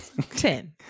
Ten